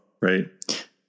right